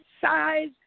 size